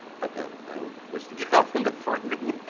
but then i don't wish to get off into farming.